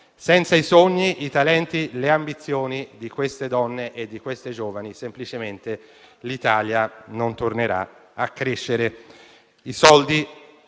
Senza i sogni, i talenti e le ambizioni di queste donne e di queste giovani, semplicemente, l'Italia non tornerà a crescere. I soldi